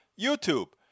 YouTube